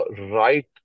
right